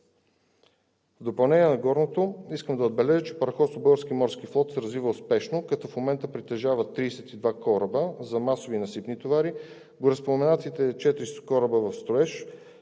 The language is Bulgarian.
В допълнение на горното искам да отбележа, че Параходство „Български морски флот“ се развива успешно, като в момента притежава 32 кораба за масови насипни товари, гореспоменатите четири кораба в строеж,